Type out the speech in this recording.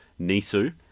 Nisu